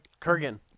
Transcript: Kurgan